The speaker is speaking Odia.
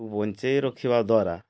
କୁ ବଞ୍ଚେଇ ରଖିବା ଦ୍ୱାରା